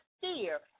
fear